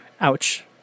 Ouch